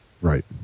right